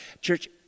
Church